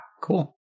cool